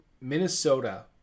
Minnesota